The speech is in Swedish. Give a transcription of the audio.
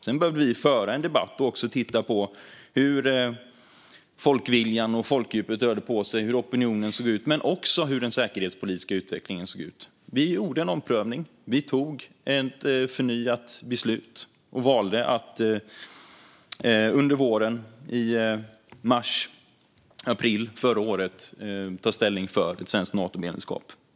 Sedan behövde vi föra en debatt och även titta på hur folkviljan och folkdjupet rörde på sig, hur opinionen såg ut, men också hur den säkerhetspolitiska utvecklingen såg ut. Vi gjorde en omprövning. Vi tog ett förnyat beslut och valde under våren, i mars april förra året, att ta ställning för ett svenskt Natomedlemskap.